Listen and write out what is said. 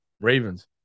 Ravens